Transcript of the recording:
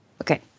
Okay